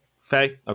Faye